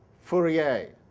fourier.